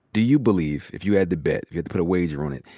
do you believe, if you had to bet, you had to put a wager on it,